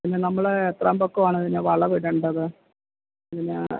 പിന്നെ നമ്മള് എത്രാം പക്കം ആണതിന് വളവിടണ്ടത് പിന്നേ